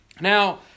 Now